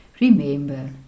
Remember